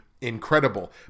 incredible